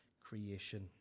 creation